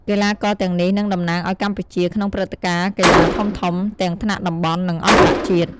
កីឡាករទាំងនេះនឹងតំណាងឱ្យកម្ពុជាក្នុងព្រឹត្តិការណ៍កីឡាធំៗ ទាំងថ្នាក់តំបន់ និងអន្តរជាតិ។